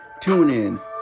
TuneIn